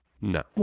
No